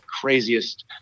craziest